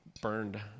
burned